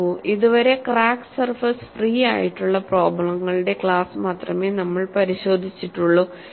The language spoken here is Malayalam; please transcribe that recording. നോക്കൂ ഇതുവരെ ക്രാക്ക് സർഫേസ് ഫ്രീ ആയിട്ടുള്ള പ്രോബ്ലെങ്ങളുടെ ക്ലാസ് മാത്രമേ നമ്മൾ പരിശോധിച്ചിട്ടുള്ളൂ